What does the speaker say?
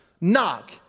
Knock